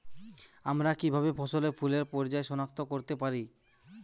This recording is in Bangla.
আমরা কিভাবে ফসলে ফুলের পর্যায় সনাক্ত করতে পারি?